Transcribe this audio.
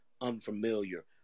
unfamiliar